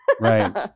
right